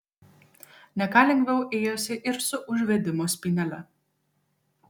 ne ką lengviau ėjosi ir su užvedimo spynele